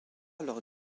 lors